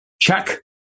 check